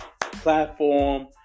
platform